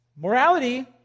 Morality